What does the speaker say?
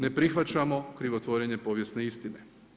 Ne prihvaćamo krivotvorenje povijesne istine.